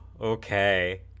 Okay